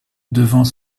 devant